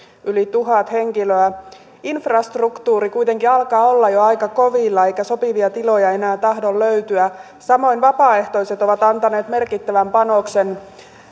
yli tuhat henkilöä infrastruktuuri kuitenkin alkaa olla jo aika kovilla eikä sopivia tiloja enää tahdo löytyä samoin vapaaehtoiset ovat antaneet merkittävän panoksen